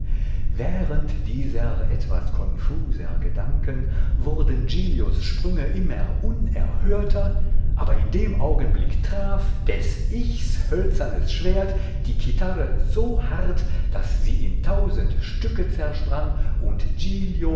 während dieser etwas konfuser gedanken wurden giglios sprünge immer unerhörter aber in dem augenblick traf des ichs hölzernes schwert die chitarre so hart daß sie in tausend stücke zersprang und